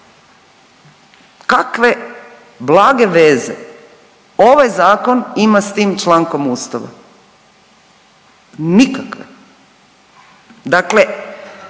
Kakve blage veze ovaj zakon ima s tim člankom ustava? Nikakve. Dakle,